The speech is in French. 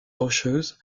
rocheuses